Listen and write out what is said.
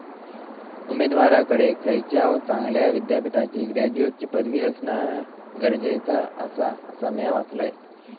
उमेदवाराकडे खयच्याव चांगल्या विद्यापीठाची ग्रॅज्युएटची पदवी असणा गरजेचा आसा, असा म्या वाचलंय